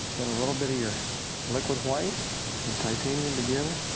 and a little bit of your liquid white and titanium together.